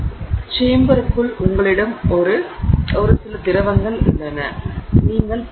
எனவே அதற்குள் உங்களிடம் சில திரவங்கள் உள்ளன எனவே உங்களிடம் சில திரவங்கள் உள்ளன